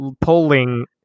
polling